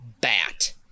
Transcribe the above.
bat